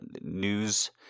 news